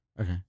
Okay